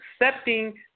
Accepting